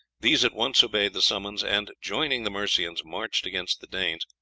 these at once obeyed the summons, and, joining the mercians, marched against the danes,